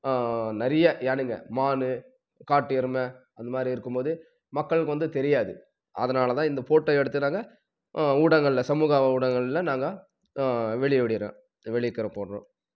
நிறைய யானைங்கள் மான் காட்டு எருமை அந்த மாதிரி இருக்கும் போது மக்களுக்கு வந்து தெரியாது அதனால் தான் இந்த ஃபோட்டோ எடுத்து நாங்கள் ஊடகங்களில் சமூக ஊடகங்களில் நாங்கள் வெளியே விடுகிறோம் வெளியே கரை போடுகிறோம்